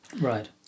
Right